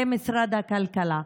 למשרד הכלכלה.